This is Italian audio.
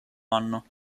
anno